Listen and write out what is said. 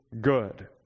good